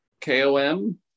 kom